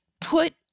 Put